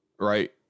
Right